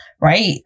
right